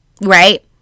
right